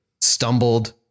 stumbled